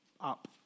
up